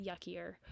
yuckier